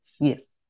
Yes